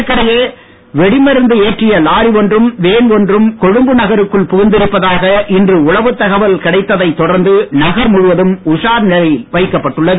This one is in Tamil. இதற்கிடையே வெடி மருந்து ஏற்றிய லாரி ஒன்றும் வேள் ஒன்றும் கொழும்பு நகருக்குள் புகுந்திருப்பதாக இன்று உளவுத் தகவல் கிடைத்ததைத் தொடர்ந்து நகர் முழுவதும் உஷார் நிலையில் வைக்கப்பட்டுள்ளது